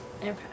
Okay